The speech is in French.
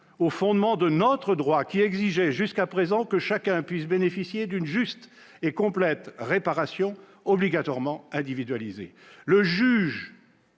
aux fondements de notre droit, qui, jusqu'à présent, exigeaient que chacun puisse bénéficier d'une juste et complète réparation, obligatoirement individualisée. Le juge